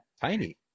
tiny